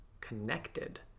connected